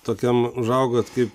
tokiam užaugot kaip